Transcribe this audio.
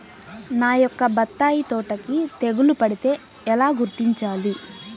నా యొక్క బత్తాయి తోటకి తెగులు పడితే ఎలా గుర్తించాలి?